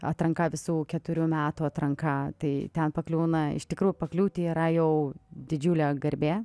atranka visų keturių metų atranka tai ten pakliūna iš tikrųjų pakliūti yra jau didžiulė garbė